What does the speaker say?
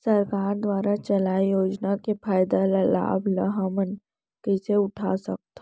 सरकार दुवारा चलाये योजना के फायदा ल लाभ ल हमन कइसे उठा सकथन?